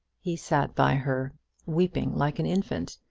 he sat by her weeping like an infant,